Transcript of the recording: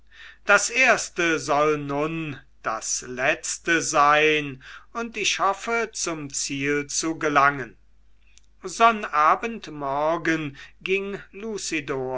das erste soll nun das letzte sein und ich hoffe zum ziel zu gelangen sonnabend morgen ging